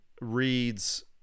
reads